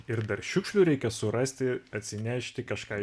ir dar šiukšlių reikia surasti atsinešti kažką